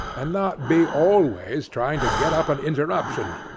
and not be always trying to get up an interruption.